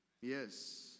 Yes